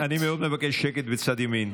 אני מאוד מבקש שקט בצד ימין.